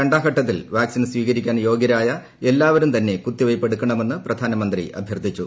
രണ്ടാംഘട്ടത്തിൽ vaccine സ്വീകരിക്കാൻ യോഗ്യരായ എല്ലാവരും തന്നെ കുത്തി വയ്പ് എടുക്കണമെന്ന് പ്രധാനമന്ത്രി അഭൃർത്ഥിച്ചു